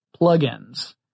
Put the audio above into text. plugins